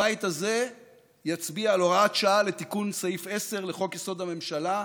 הבית הזה יצביע על הוראת שעה לתיקון סעיף 10 לחוק-יסוד: הממשלה,